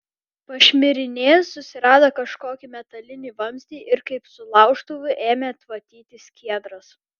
pašmirinėjęs susirado kažkokį metalinį vamzdį ir kaip su laužtuvu ėmė tvatyti skiedras